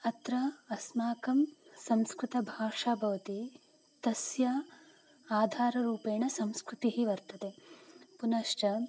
अत्र अस्माकं संस्कृतभाषा भवति तस्य आधाररूपेण संस्कृतिः वर्तते पुनश्च